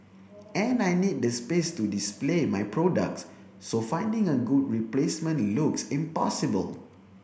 and I need the space to display my products so finding a good replacement looks impossible